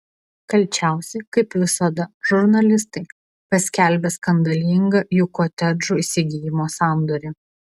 kalčiausi kaip visada žurnalistai paskelbę skandalingą jų kotedžų įsigijimo sandorį